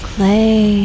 Clay